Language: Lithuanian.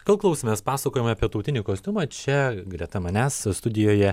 kol klausėmės pasakojimo apie tautinį kostiumą čia greta manęs studijoje